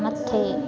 मथे